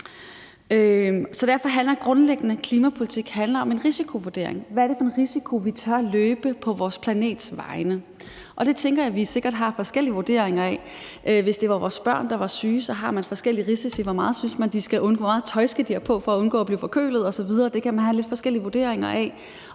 Derfor handler klimapolitik grundlæggende om en risikovurdering. Hvad er det for en risiko, vi tør løbe på vores planets vegne? Det tænker jeg vi sikkert har forskellige vurderinger af. Hvis det var vores børn, der var syge, ville vi have forskellige risici: Hvor meget tøj synes man de skal have på for at undgå at blive forkølet osv.? Det kan man have lidt forskellige vurderinger af.